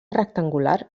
rectangular